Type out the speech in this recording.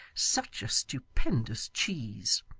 such a stupendous cheese!